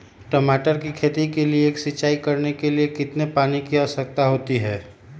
टमाटर की खेती के लिए सिंचाई करने के लिए कितने पानी की आवश्यकता होती है?